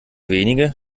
wenige